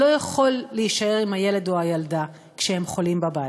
לא יכול להישאר עם הילד או הילדה כשהם חולים בבית.